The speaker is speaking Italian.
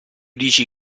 dici